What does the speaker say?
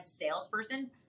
salesperson